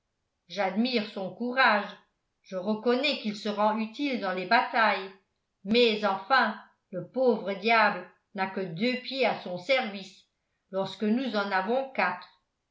j'admire son courage je reconnais qu'il se rend utile dans les batailles mais enfin le pauvre diable n'a que deux pieds à son service lorsque nous en avons quatre